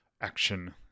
action